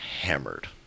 hammered